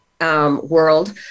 world